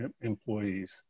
employees